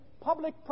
public